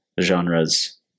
genres